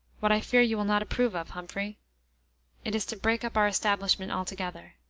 what i fear you will not approve of, humphrey it is to break up our establishment altogether.